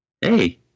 Hey